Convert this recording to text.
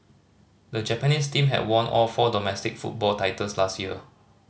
the Japanese team had won all four domestic football titles last year